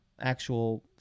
actual